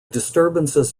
disturbances